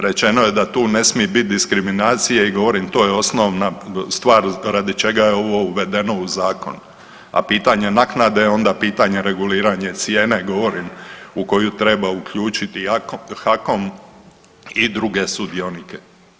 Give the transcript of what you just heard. Rečeno je da tu ne smije biti diskriminacije, i govorim, to je osnovna stvar radi čega je ovo uvedeno u Zakon, a pitanje naknade je onda pitanje reguliranje cijene, govorim, u koju treba uključiti i HAKOM i druge sudionike.